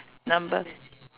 number